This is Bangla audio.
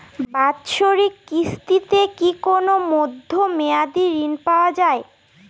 বাৎসরিক কিস্তিতে কি কোন মধ্যমেয়াদি ঋণ পাওয়া যায়?